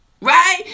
right